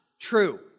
true